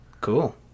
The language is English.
Cool